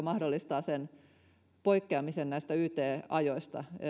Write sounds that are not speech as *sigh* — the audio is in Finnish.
*unintelligible* mahdollistaa poikkeamisen näistä yt ajoista